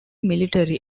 military